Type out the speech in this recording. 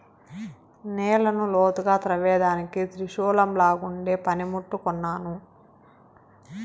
నేలను లోతుగా త్రవ్వేదానికి త్రిశూలంలాగుండే పని ముట్టు కొన్నాను